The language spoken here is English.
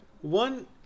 One